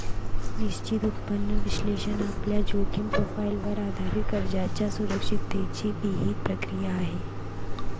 निश्चित उत्पन्न विश्लेषण आपल्या जोखीम प्रोफाइलवर आधारित कर्जाच्या सुरक्षिततेची विहित प्रक्रिया आहे